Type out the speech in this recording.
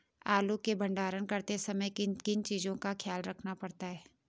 आलू के भंडारण करते समय किन किन चीज़ों का ख्याल रखना पड़ता है?